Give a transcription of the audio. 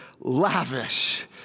lavish